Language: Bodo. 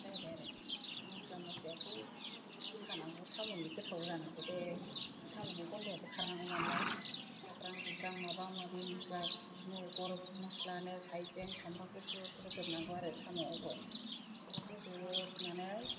जाहैबाय आरो फाय मस्ला मस्लिआथ' होखानांगौ साम'नि गोथाव जानांगौ बे साम'नि गन्धआबो खारनांगौ नालाय जाब्रां जुब्रां माबा माबि मस्ला बिदिनो गरम मस्लानो हायजें सामब्राम गुफुर होजोब नांगौ आरो साम'आवबो बेखौ होजोब नानै